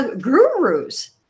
gurus